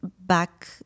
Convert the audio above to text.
back